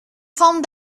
forme